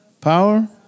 Power